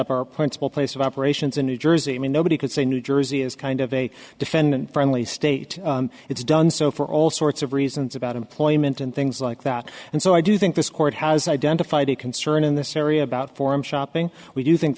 up or a principal place of operations in new jersey i mean nobody could say new jersey is kind of a defendant friendly state it's done so for all sorts of reasons about employment and things like that and so i do think this court has identified a concern in this area about forum shopping we